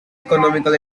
economical